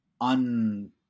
un